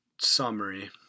summary